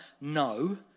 no